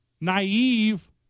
naive